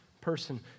person